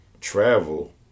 travel